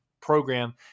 program